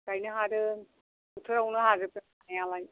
गायनो हादों बोथोरावनो हाजोबदों हानायालाय